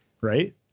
Right